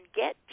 get